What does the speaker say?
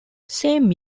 same